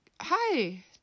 hi